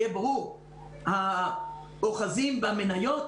האוחזים במניות